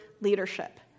leadership